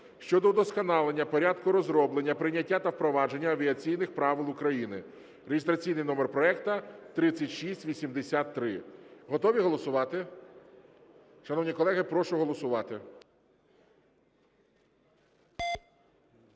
щодо удосконалення порядку розроблення, прийняття та впровадження авіаційних правил України (реєстраційний номер проекту 3683). Готові голосувати? Шановні колеги, прошу голосувати.